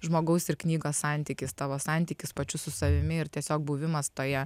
žmogaus ir knygos santykis tavo santykis pačiu su savimi ir tiesiog buvimas toje